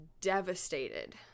devastated